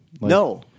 No